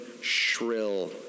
shrill